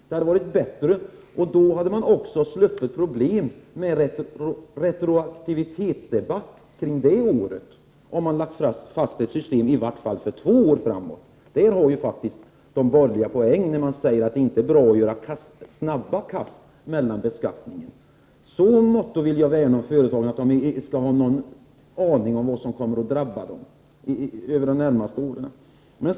Det hade varit bättre — och då skulle man också ha sluppit problemen med retroaktivitetsdebatten beträffande det ena året — att åtminstone ha ett system som gäller för två år framåt. Där tar faktiskt de borgerliga poäng, som säger att det inte är bra att göra snabba kast när det gäller beskattningen. I så motto vill jag värna om företagen. Dessa skall ju ha åtminstone en viss aning om vad som kommer att drabba dem under de närmaste åren.